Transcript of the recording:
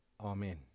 Amen